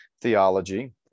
theology